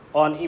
on